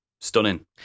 stunning